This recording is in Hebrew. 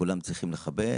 שכולם צריכים לכבד.